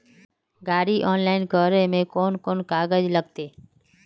गाड़ी ऑनलाइन करे में कौन कौन कागज लगते?